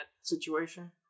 situation